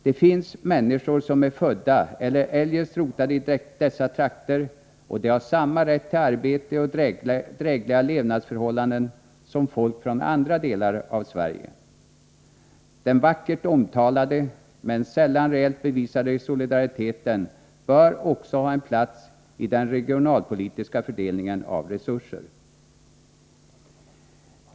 Det finns människor som är födda eller eljest rotade i dessa trakter, och de har samma rätt till arbete och drägliga levnadsförhållanden som folk från andra delar av Sverige. Den vackert omtalade men sällan reellt bevisade solidariteten bör också ha en plats i den regionalpolitiska fördelningen av resurser.